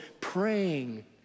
praying